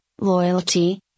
loyalty